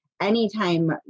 anytime